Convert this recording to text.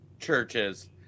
churches